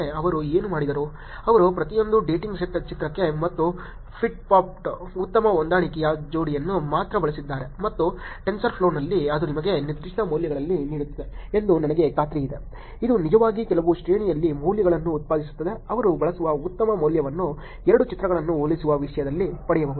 ಅವರು ಏನು ಮಾಡಿದರು ಅವರು ಪ್ರತಿಯೊಂದು ಡೇಟಿಂಗ್ ಸೈಟ್ ಚಿತ್ರಕ್ಕೆ ಮತ್ತು ಪಿಟ್ಪಾಟ್ಗೆ ಉತ್ತಮ ಹೊಂದಾಣಿಕೆಯ ಜೋಡಿಯನ್ನು ಮಾತ್ರ ಬಳಸಿದ್ದಾರೆ ಮತ್ತು ಟೆನ್ಸಾರ್ಫ್ಲೋನಲ್ಲಿ ಅದು ನಿಮಗೆ ನಿರ್ದಿಷ್ಟ ಮೌಲ್ಯಗಳಲ್ಲಿ ನೀಡುತ್ತದೆ ಎಂದು ನನಗೆ ಖಾತ್ರಿಯಿದೆ ಇದು ನಿಜವಾಗಿ ಕೆಲವು ಶ್ರೇಣಿಯಲ್ಲಿ ಮೌಲ್ಯಗಳನ್ನು ಉತ್ಪಾದಿಸುತ್ತದೆ ಅವರು ಬಳಸುವ ಉತ್ತಮ ಮೌಲ್ಯವನ್ನು ಎರಡು ಚಿತ್ರಗಳನ್ನು ಹೋಲಿಸುವ ವಿಷಯದಲ್ಲಿ ಪಡೆಯಬಹುದು